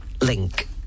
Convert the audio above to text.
link